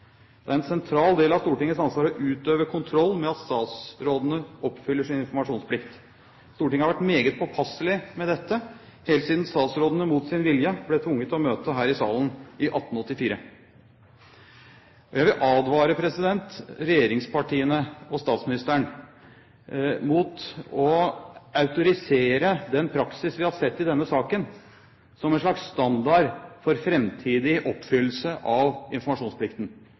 Det er en sentral del av Stortingets ansvar å utøve kontroll med at statsrådene oppfyller sin informasjonsplikt. Stortinget har vært meget påpasselig med dette helt siden statsrådene, mot sin vilje, ble tvunget til å møte her i salen i 1884. Jeg vil advare regjeringspartiene og statsministeren mot å autorisere den praksis vi har sett i denne saken som en slags standard for framtidig oppfyllelse av informasjonsplikten.